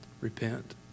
Repent